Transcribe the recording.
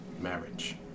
marriage